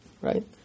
right